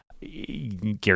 gary